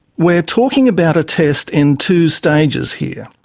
we're talking about a test in two stages here.